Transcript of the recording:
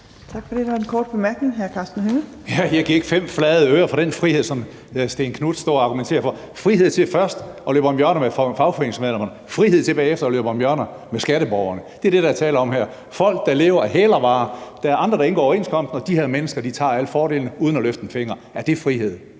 jeg giver ikke fem flade øre for den frihed, som Stén Knuth står og argumenterer for: frihed til først at løbe om hjørner med fagforeningsmedlemmerne, frihed til bagefter at løbe om hjørner med skatteborgerne. Det er det, der er tale om her. Det er folk, der lever af hælervarer. Der er andre, der indgår overenskomsten, og de her mennesker tager alle fordelene uden at løfte en finger. Er det frihed?